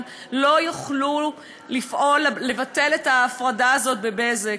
לא יוכלו לפעול לבטל את ההפרדה הזאת ב"בזק".